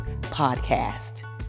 Podcast